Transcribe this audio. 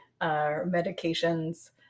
medications